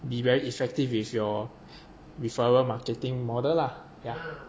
be very effective with your referral marketing model lah ya